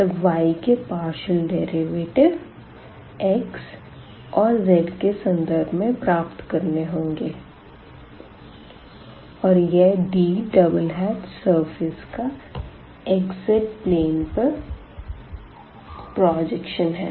तब y के partial derivative x और z के संदर्भ में प्राप्त करने होंगे और यह Dसरफेस का xz प्लेन पर प्रजेक्शन है